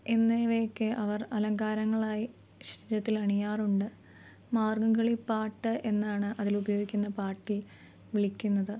എന്നിവയൊക്കെ അവർ അലങ്കാരങ്ങളായി ശരീരത്തിൽ അണിയാറുണ്ട് മാർഗംകളി പാട്ട് എന്നാണ് അതിലുപയോഗിക്കുന്ന പാട്ടിൽ വിളിക്കുന്നത്